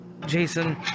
Jason